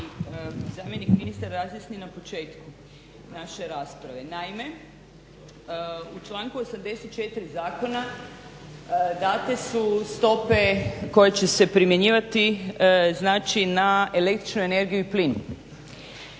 zamjenik ministra razjasni na početku naše rasprave. Naime, u članku 84. Zakona date su stope koje će se primjenjivati znači na električnu energiju i plin.